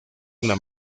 una